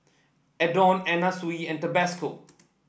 Adore Anna Sui and Tabasco